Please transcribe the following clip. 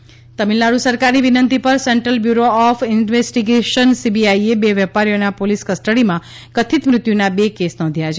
CBI Tamil Nadu Tamil Nadu સરકારની વિનંતી પર સેન્ટ્રલ બ્યુરો ઓફ ઇન્વેસ્ટિગેશન સીબીઆઈએ બે વેપારીઓના પોલીસ કસ્ટડીમાં કથિત મૃત્યુના બે કેસ નોંધ્યા છે